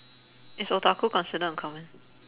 is otaku considered uncommon